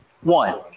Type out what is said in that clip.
one